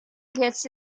gets